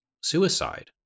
suicide